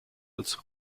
als